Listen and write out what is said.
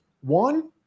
One